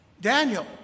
Daniel